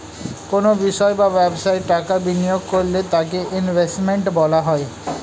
কোনো বিষয় বা ব্যবসায় টাকা বিনিয়োগ করলে তাকে ইনভেস্টমেন্ট বলা হয়